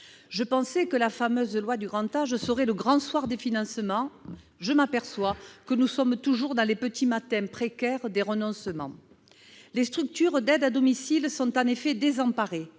Je pensais que la fameuse loi Grand âge serait le grand soir des financements. Or je m'aperçois que nous sommes toujours dans les petits matins précaires des renoncements. Les structures d'aides à domicile sont en effet désemparées